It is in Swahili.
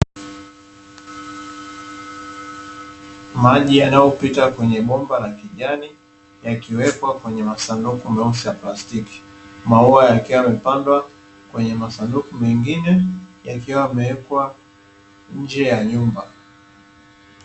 Maji yanayopita kwenye bomba la kijani yakiwekwa kwenye masanduku meusi ya plastiki, maua yakiwa yamepandwa kwenye masanduku mengine yakiwa yamewekwa nje ya nyumba.